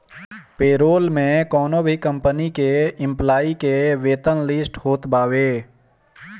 payroll में कवनो भी कंपनी के एम्प्लाई के वेतन लिस्ट होत बावे